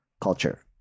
culture